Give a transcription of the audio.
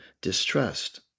distrust